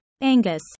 Angus